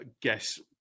guess